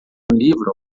livro